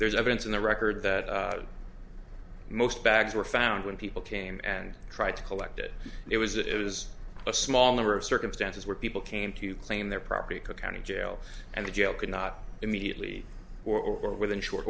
there's evidence in the record that most bags were found when people came and tried to collect it and it was it was a small number of circumstances where people came to claim their property cook county jail and the jail could not immediately or within short